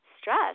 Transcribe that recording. stress